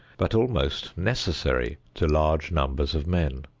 but almost necessary to large numbers of men.